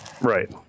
Right